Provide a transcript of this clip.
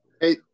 Hey